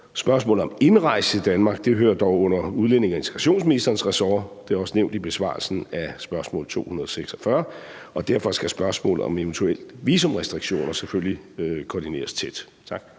Spørgsmål om indrejse i Danmark hører dog under udlændinge- og integrationsministerens ressort. Det er også nævnt i besvarelsen af spørgsmål nr. 246. Og derfor skal spørgsmål om eventuelle visumrestriktioner selvfølgelig koordineres tæt. Tak.